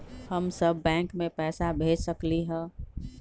हम सब बैंक में पैसा भेज सकली ह?